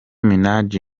minaj